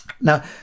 Now